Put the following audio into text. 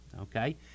Okay